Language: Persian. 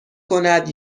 کند